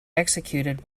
executed